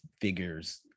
figures